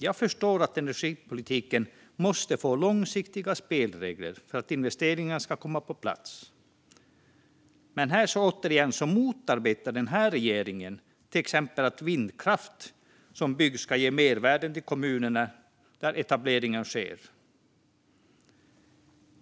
Jag förstår att energipolitiken måste få långsiktiga spelregler för att investeringar ska komma på plats. Men återigen motarbetar denna regering till exempel att vindkraft som byggs ska ge mervärden till de kommuner där etablering sker.